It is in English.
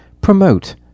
promote